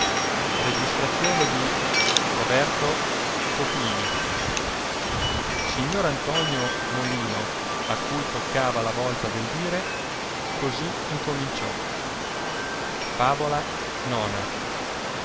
interpretazione dell enimma il signor antonio molino a cui toccava la volta del dire così incominciò favola